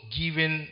given